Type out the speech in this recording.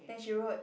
then she wrote